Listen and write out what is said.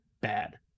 bad